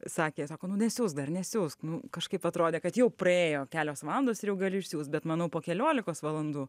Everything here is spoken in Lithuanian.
sakė sako nu nesiųs dar nesiųsk nu kažkaip atrodė kad jau praėjo kelios valandos ir jau gali išsiųst bet manau po keliolikos valandų